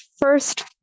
first